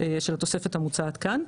של התוספת המוצעת כאן.